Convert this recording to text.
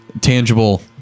tangible